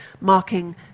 marking